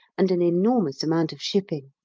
and an enormous amount of shipping.